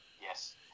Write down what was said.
Yes